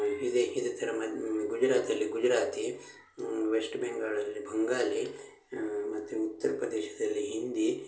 ಇದೆ ಇದೇ ಥರ ಮದ್ ಗುಜರಾತಲ್ಲಿ ಗುಜರಾತಿ ವೆಶ್ಟ್ ಬೆಂಗಾಳಲ್ಲಿ ಬಂಗಾಲಿ ಮತ್ತು ಉತ್ತರ ಪ್ರದೇಶದಲ್ಲಿ ಹಿಂದಿ